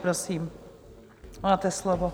Prosím, máte slovo.